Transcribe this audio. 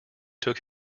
took